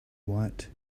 white